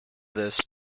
this